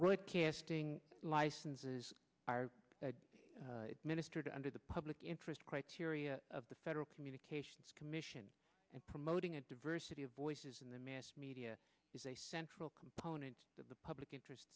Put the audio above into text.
broadcasting licenses are ministered under the public interest criteria of the federal communications commission and promoting a diversity of voices in the mass media is a central component of the public interest